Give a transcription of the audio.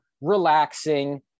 relaxing